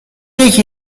یکی